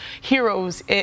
heroes